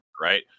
right